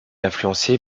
influencé